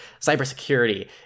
cybersecurity